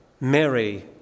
Mary